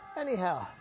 Anyhow